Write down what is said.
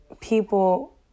people